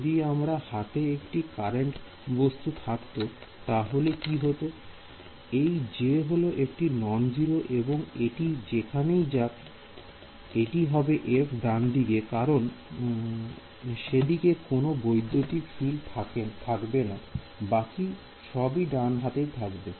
যদি আমার হাতে একটি কারেন্ট বস্তু থাকতো তাহলে কি হতো এই J হল একটি নন 0 এবং এটি যেখানেই যাক এটি হবে f ডানদিকে কারণ সেদিকে কোন বৈদ্যুতিক ফিল্ড থাকবে না বাকি সবই ডান হাতে থাকবে